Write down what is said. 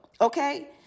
okay